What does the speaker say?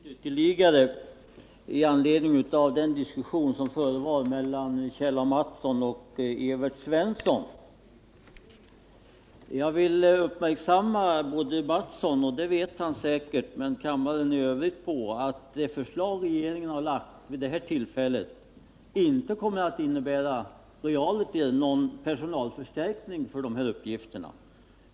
Herr talman! Ytterligare en synpunkt med anledning av den diskussion som fördes mellan Kjell Mattsson och Evert Svensson. Jag vill uppmärksamma både herr Mattsson — som säkerligen känner till det — och kammarens ledamöter i övrigt på att det förslag som regeringen lagt fram vid detta tillfälle, realiter inte kommer att innebära någon personalförstärkning för de aktuella uppgifterna.